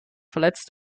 verletzt